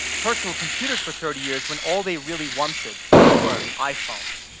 personal computers for thirty years when all they really wanted were iphones,